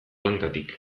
lankatik